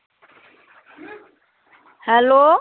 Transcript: hello